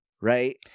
right